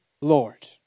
Lord